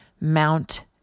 Mount